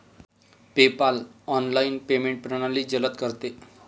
PayPal online payment प्रणाली जलद करते